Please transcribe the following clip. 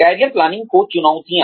career planning को चुनौतियाँ